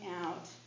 out